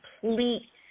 complete